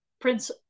Prince